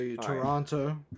Toronto